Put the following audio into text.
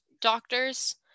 doctors